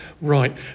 right